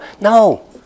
No